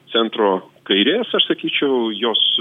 centro kairės aš sakyčiau jos